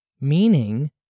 meaning